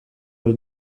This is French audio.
dans